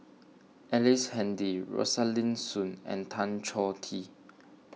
Ellice Handy Rosaline Soon and Tan Choh Tee